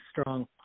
strong